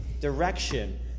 direction